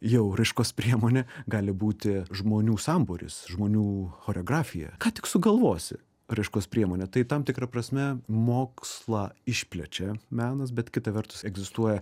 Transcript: jau raiškos priemonė gali būti žmonių sambūris žmonių choreografija ką tik sugalvosi raiškos priemonė tai tam tikra prasme mokslą išplečia menas bet kita vertus egzistuoja